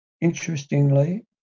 Interestingly